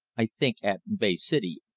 i think at bay city,